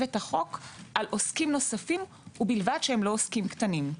את החוק על עוסקים נוספים ובלבד שאינם עוסקים קטנים.